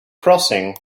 crossing